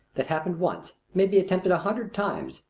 that happened once, may be attempted a hundred times,